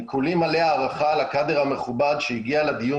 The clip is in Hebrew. אני כולי מלא הערכה לקאדר המכובד שהגיע לדיון